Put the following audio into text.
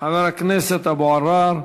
חבר הכנסת אבו עראר,